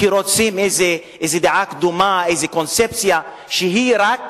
כי רוצים איזו דעה קדומה, איזו קונספציה, שרק